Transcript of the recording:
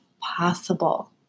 possible